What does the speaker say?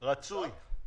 רצוי.